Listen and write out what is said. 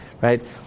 right